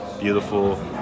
beautiful